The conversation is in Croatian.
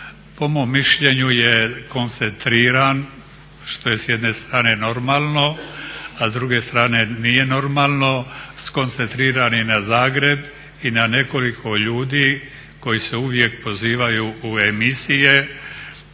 po mom mišljenju je koncentriran što je s jedne strane normalno, a s druge strane nije normalno, skoncentrirani na Zagreb i na nekoliko ljudi koji se uvijek pozivaju u emisije.